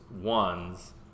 ones